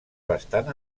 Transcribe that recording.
bastant